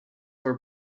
were